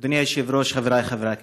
אדוני היושב-ראש, חבריי חברי הכנסת,